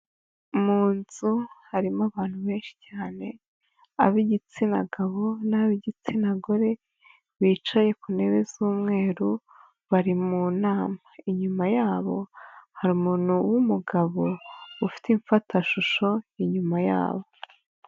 Mu nzu harimo abantu benshi cyane ab'igitsina gabo n'ab'igitsina gore bicaye ku ntebe z'umweru bari mu nama, inyuma yabo hari umuntu w'umugabo ufite imfatashusho inyuma yabo.